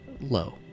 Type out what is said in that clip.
low